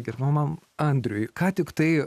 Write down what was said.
gerbiamam andriui ką tiktai